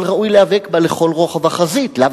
אבל ראוי להיאבק בה לכל רוחב החזית ולאו